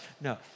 No